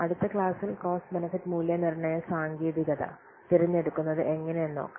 അടുത്ത ക്ലാസ്സിൽ cost benefit മൂല്യനിർണ്ണയ സാങ്കേതികത തിരഞ്ഞെടുക്കുന്നത് എങ്ങനെ എന്ന് നോക്കാം